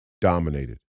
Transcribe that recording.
dominated